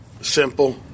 simple